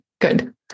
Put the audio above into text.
Good